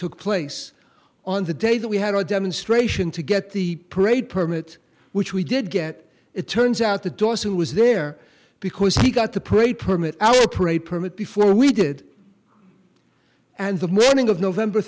took place on the day that we had our demonstration to get the parade permit which we did get it turns out the dog who was there because he got the parade permit our parade permit before we did and the morning of november